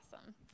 awesome